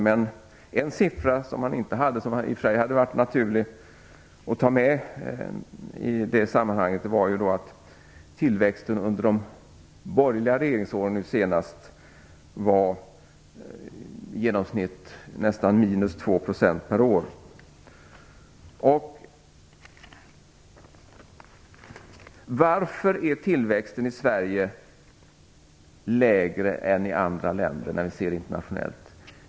Men en siffra som han inte hade men som i och för sig hade varit naturlig att ta med i det sammanhanget var att tillväxten under de borgerliga regeringsåren nu senast var i genomsnitt nästan 2 % per år. Varför är tillväxten i Sverige lägre än i andra länder?